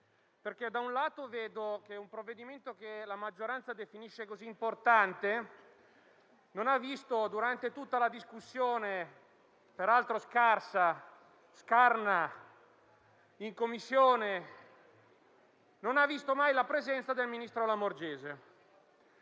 perché, da un lato, vedo che un provvedimento che la maggioranza definisce così importante non ha mai visto, durante tutta la discussione - peraltro scarsa e scarna - in Commissione, la presenza del ministro Lamorgese.